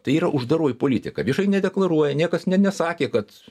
tai yra uždaroji politika viešai nedeklaruoja niekas net nesakė kad